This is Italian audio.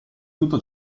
tutto